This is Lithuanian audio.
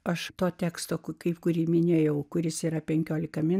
aš to teksto kaip kurį minėjau kuris yra penkiolikametė